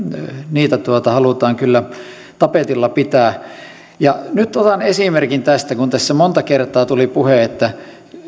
niitä halutaan kyllä tapetilla pitää nyt otan esimerkin tästä kun tässä monta kertaa tuli puhe että